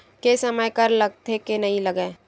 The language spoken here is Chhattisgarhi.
के समय कर लगथे के नइ लगय?